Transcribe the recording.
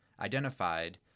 identified